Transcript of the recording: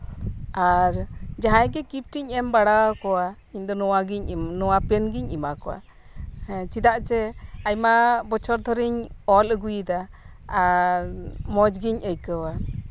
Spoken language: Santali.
ᱟᱨ ᱡᱟᱦᱟᱸᱭᱜᱮ ᱜᱤᱯᱷᱴᱤᱧ ᱮᱢ ᱵᱟᱲᱟᱣᱟᱠᱚᱣᱟ ᱤᱧᱫᱚ ᱱᱚᱶᱟ ᱜᱤᱧ ᱱᱚᱶᱟ ᱯᱮᱱᱜᱤᱧ ᱮᱢᱟ ᱠᱚᱣᱟ ᱦᱮᱸ ᱪᱮᱫᱟᱜ ᱡᱮ ᱟᱭᱢᱟ ᱵᱚᱪᱷᱚᱨ ᱫᱷᱚᱨᱮᱧ ᱚᱞ ᱟᱹᱜᱩᱭᱮᱫᱟ ᱟᱨ ᱢᱚᱸᱡᱽ ᱜᱤᱧ ᱟᱹᱭᱠᱟᱹᱣᱟ